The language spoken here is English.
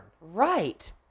Right